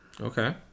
Okay